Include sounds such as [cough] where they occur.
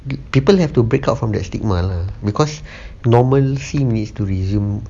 peo~ people have to break up from that stigma lah because [breath] normal scene is to resume